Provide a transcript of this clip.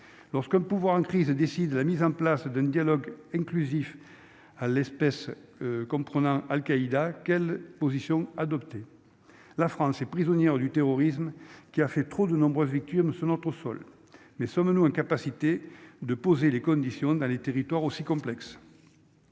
lorsqu'un pouvoir incluse décide la mise en place d'un dialogue inclusif à l'espèce comme on à Al Qaïda quelle position adopter la France est prisonnière du terrorisme qui a fait trop de nombreuses victimes sur notre sol mais sommes-nous incapacité de poser les conditions dans les territoires aussi complexe à